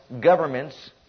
governments